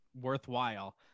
worthwhile